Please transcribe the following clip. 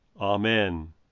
Amen